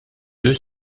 deux